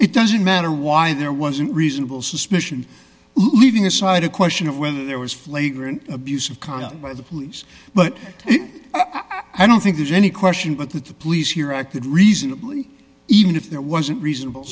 it doesn't matter why there wasn't reasonable suspicion leaving aside a question of whether there was flagrant abuse of conduct by the police but i don't think there's any question but that the police here acted reasonably even if there wasn't reasonable